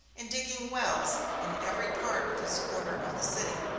in digging wells in every part of his quarter of the city.